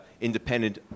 independent